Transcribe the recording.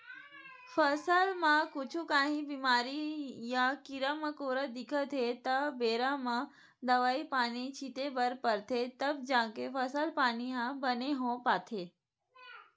फसल म कुछु काही बेमारी या कीरा मकोरा दिखत हे त बेरा म दवई पानी छिते बर परथे तब जाके फसल पानी ह बने हो पाथे